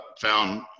found